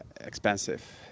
expensive